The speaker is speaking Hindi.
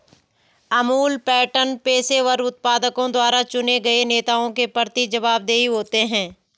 अमूल पैटर्न पेशेवर उत्पादकों द्वारा चुने गए नेताओं के प्रति जवाबदेह होते हैं